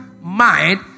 mind